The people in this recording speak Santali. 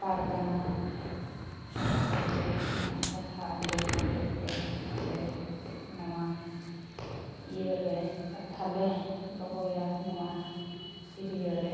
ᱯᱟᱨᱜᱟᱱᱟᱜᱼᱟ ᱜᱚᱢᱠᱮ ᱛᱟᱹᱠᱤᱱᱟᱜ ᱠᱟᱛᱷᱟ ᱟᱸᱡᱚᱢ ᱠᱟᱛᱮᱫ ᱜᱮ ᱟᱞᱮ ᱱᱚᱣᱟ ᱤᱭᱟᱹ ᱨᱮ ᱠᱟᱛᱷᱟ ᱞᱮ ᱫᱚᱦᱚᱭᱟ ᱱᱚᱣᱟ ᱮᱨᱤᱭᱟᱹ ᱨᱮ